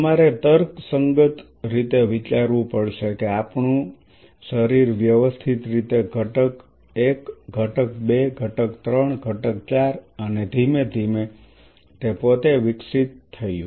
તમારે તર્કસંગત રીતે વિચારવું પડશે કે આપણું શરીર વ્યવસ્થિત રીતે ઘટક 1 ઘટક 2 ઘટક 3 ઘટક 4 અને ધીમે ધીમે તે પોતે વિકસિત થયું